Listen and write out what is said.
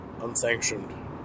unsanctioned